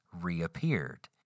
reappeared